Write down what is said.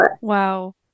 wow